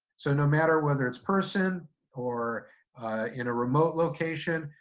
so no matter whether it's person or in a remote location,